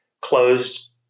closed